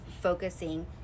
focusing